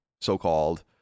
so-called